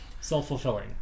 Self-fulfilling